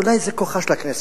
אולי זה כוחה של הכנסת,